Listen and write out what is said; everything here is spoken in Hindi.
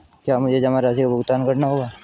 क्या मुझे जमा राशि का भुगतान करना होगा?